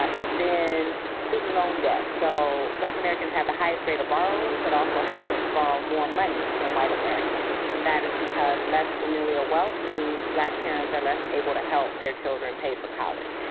ah it's in student loan debt. so black americans have the highest rate of borrowing, but also have to borrow more money than white americans. and that is because less familial wealth means black parents are less able to help their children pay for college.